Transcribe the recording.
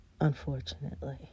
unfortunately